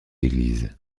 églises